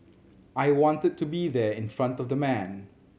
I wanted to be there in front of the man